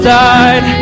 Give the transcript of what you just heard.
died